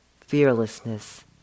fearlessness